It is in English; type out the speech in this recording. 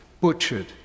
butchered